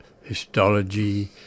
histology